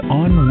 on